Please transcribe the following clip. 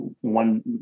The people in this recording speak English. one